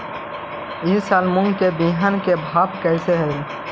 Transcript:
ई साल मूंग के बिहन के भाव कैसे हई?